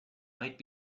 might